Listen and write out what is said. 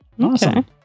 Awesome